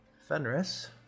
Fenris